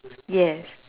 yes